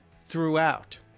throughout